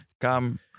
Come